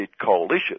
coalition